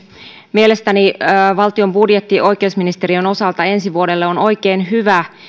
mielestäni valtion budjetti oikeusministeriön osalta ensi vuodelle on oikein hyvä